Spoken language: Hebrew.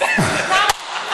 ובשיא הספונטניות,